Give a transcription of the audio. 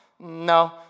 No